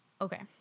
Okay